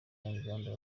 abanyarwanda